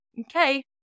okay